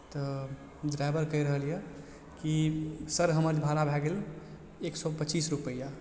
तऽ ड्राइवर कहि रहल यऽ कि सर हमर जे भाड़ा भए गेल एक सए पचीस रुपैआ